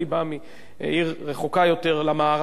אני בא מעיר רחוקה יותר במערב,